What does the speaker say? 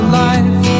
life